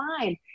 fine